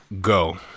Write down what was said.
go